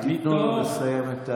תני לו לסיים.